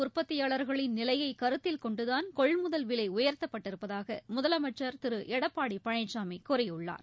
உற்பத்தியாளர்களின் நிலையை கருத்தில் கொண்டுதான் கொள்முகல் விலை பால் உயர்த்தப்பட்டிருப்பதாக முதலமைச்சர் திரு எடப்பாடி பழனிசாமி கூறியுள்ளார்